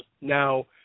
now